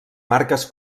marques